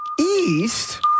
East